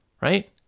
right